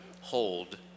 hold